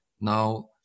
Now